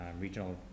Regional